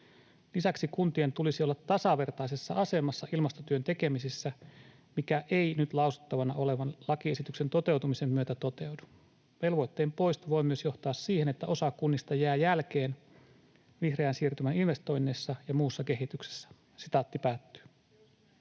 Lisäksi kuntien tulisi olla tasavertaisessa asemassa ilmastotyön tekemisessä, mikä ei nyt lausuttavana olevan lakiesityksen toteutumisen myötä toteudu. Velvoitteen poisto voi myös johtaa siihen, että osa kunnista jää jälkeen vihreän siirtymän investoinneissa ja muussa kehityksessä.” [Mai Kivelä: